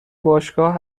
باشگاه